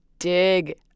Dig